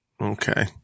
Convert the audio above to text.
Okay